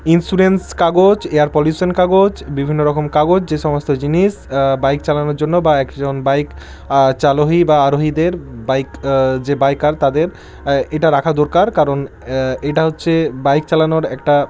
insurance কাগজ air pollution কাগজ বিভিন্ন রকম কাগজ যে সমস্ত জিনিস বাইক চালানোর জন্য বা একজন বাইক চালোহী বা আরোহীদের বাইক যে বাইকার তাদের এটা রাখা দরকার কারণ এটা হচ্ছে বাইক চালানোর একটা